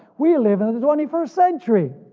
we live in the twenty first century,